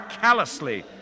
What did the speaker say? callously